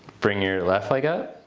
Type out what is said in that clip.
bring your left leg up.